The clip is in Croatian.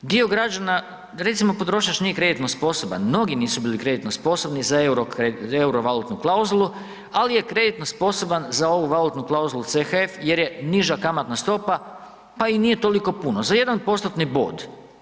I sad, dio građana, recimo, potrošač nije kreditno sposoban, mnogi nisu bili kreditno sposobni za euro valutnu klauzulu, ali je kreditno sposoban za ovu valutnu klauzulu CHF jer je niža kamatna stopa pa i nije toliko puno, za jedan postotni bod.